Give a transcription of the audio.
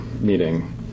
meeting